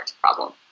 problem